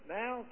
now